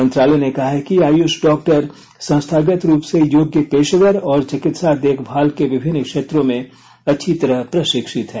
मंत्रालय ने कहा है कि आयुष डॉक्टर संस्थागत रूप से योग्य पेशेवर और चिकित्सा देखभाल के विभिन्न क्षेत्रों में अच्छी तरह प्रशिक्षित हैं